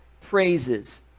praises